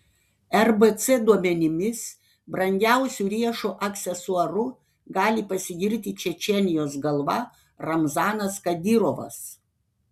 rbc duomenimis brangiausiu riešo aksesuaru gali pasigirti čečėnijos galva ramzanas kadyrovas